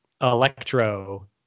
Electro